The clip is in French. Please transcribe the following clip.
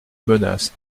menace